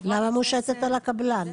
למה מושתת על הקבלן?